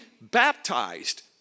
baptized